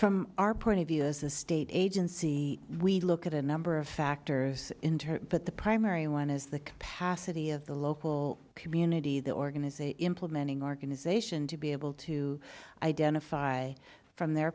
from our point of view as a state agency we look at a number of factors in turn but the primary one is the capacity of the local community the organization implementing organization to be able to identify from their